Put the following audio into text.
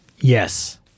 Yes